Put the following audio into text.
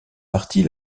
partie